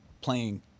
playing